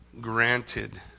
granted